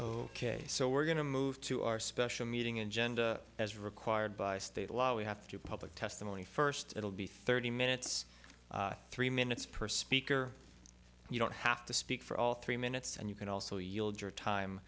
ok so we're going to move to our special meeting agenda as required by state law we have to public testimony first it'll be thirty minutes three minutes per speaker you don't have to speak for all three minutes and you can also you'll do your time